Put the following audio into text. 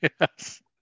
Yes